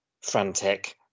frantic